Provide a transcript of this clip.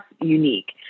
unique